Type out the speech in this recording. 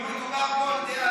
מדובר פה על,